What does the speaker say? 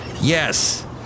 yes